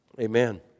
Amen